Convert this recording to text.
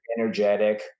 energetic